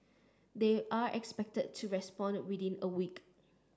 they are expected to respond within a week